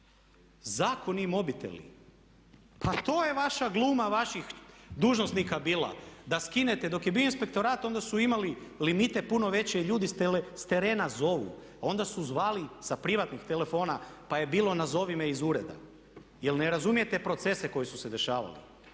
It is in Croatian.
Zakoni i mobiteli, pa to je vaša gluma, vaših dužnosnika bila da skinete. Dok je bio inspektorat onda su imali limite puno veće i ljudi s terena zovu. Onda su zvali sa privatnih telefona, pa je bilo nazovi me iz ureda, jer ne razumijete procese koji su se dešavali.